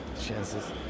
chances